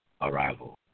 arrival